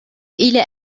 إلى